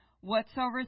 whatsoever